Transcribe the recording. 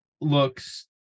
looks